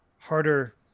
harder